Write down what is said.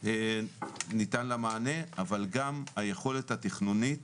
ניתן מענה, אבל גם היכולת התכנונית